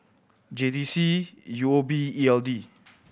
J T C U O B and E L D